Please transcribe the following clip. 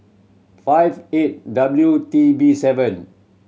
five eight W T B seven